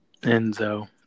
Enzo